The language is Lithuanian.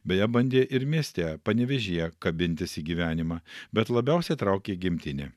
beje bandė ir mieste panevėžyje kabintis į gyvenimą bet labiausia traukė gimtinė